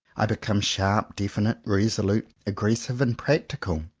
i become sharp, definite, resolute, aggressive and practical.